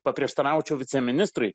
paprieštaraučiau viceministrui